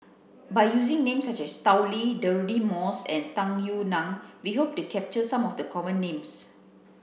by using names such as Tao Li Deirdre Moss and Tung Yue Nang we hope to capture some of the common names